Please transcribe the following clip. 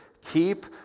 Keep